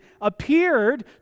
appeared